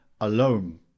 alone